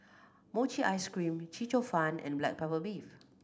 mochi ice cream Chee Cheong Fun and black pepper beef